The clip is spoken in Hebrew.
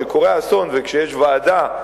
כשקורה האסון וכשיש ועדה,